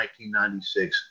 1996